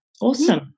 awesome